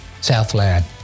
Southland